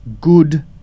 good